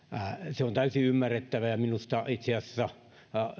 se on täysin ymmärrettävä ja minusta itse asiassa